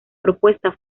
propuesta